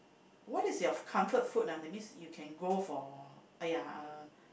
what is your comfort food ah that means you can go for !aiya! uh